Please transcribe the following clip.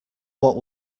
what